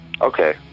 okay